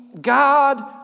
God